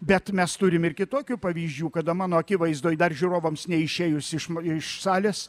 bet mes turim ir kitokių pavyzdžių kada mano akivaizdoj dar žiūrovams neišėjus iš iš salės